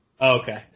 Okay